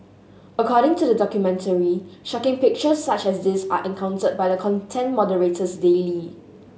according to the documentary shocking pictures such as these are encountered by the content moderators daily